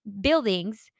buildings